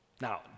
Now